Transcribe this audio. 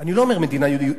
אני לא אומר מדינה דמוקרטית,